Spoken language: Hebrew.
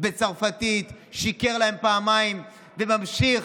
בצרפתית, שיקר להם פעמיים, וממשיך